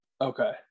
Okay